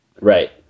Right